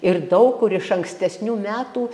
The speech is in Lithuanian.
ir daug kur iš ankstesnių metų